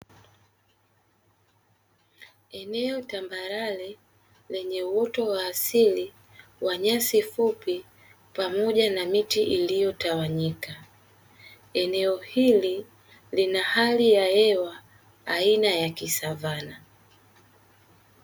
Eneo tambarare lenye uoto wa asili wa nyasi fupi, pamoja na miti iliyotawanyika. Eneo hili lina hali ya hewa aina ya kisavana.